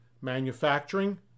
manufacturing